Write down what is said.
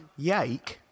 Yake